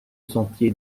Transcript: sentier